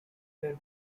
their